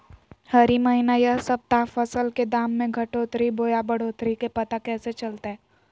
हरी महीना यह सप्ताह फसल के दाम में घटोतरी बोया बढ़ोतरी के पता कैसे चलतय?